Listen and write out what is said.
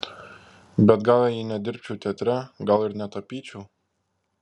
bet gal jei nedirbčiau teatre gal ir netapyčiau